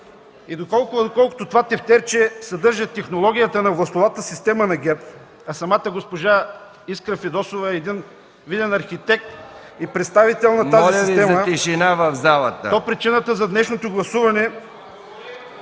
Доколкото това тефтерче съдържа технологията на властовата система на ГЕРБ, а самата госпожа Искра Фидосова е един виден архитект и представител на тази система ... (Шум и реплики в ГЕРБ.)